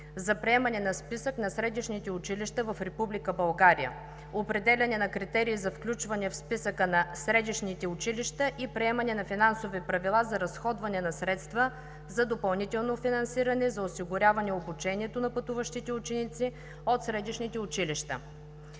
за приемането на списък на средищните училища в Република България, определянето на критерии за включване в списъка на средищните училища и приемането на финансови правила за разходване на средства за допълнителното финансиране, за осигуряване обучението на пътуващите ученици от средищните училища.